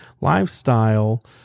lifestyle